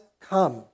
come